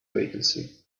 vacancy